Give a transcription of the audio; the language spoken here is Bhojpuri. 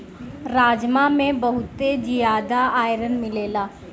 राजमा में बहुते जियादा आयरन मिलेला